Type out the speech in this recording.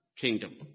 kingdom